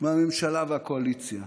מהממשלה ומהקואליציה.